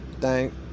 thank